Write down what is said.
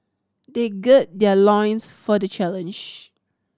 they gird their loins for the challenge